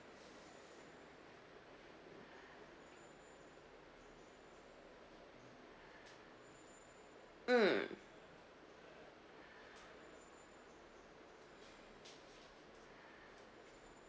mm